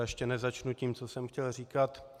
Ještě nezačnu tím, co jsem chtěl říkat.